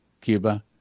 Cuba